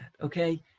Okay